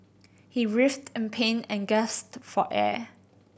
he writhed in pain and gasped for air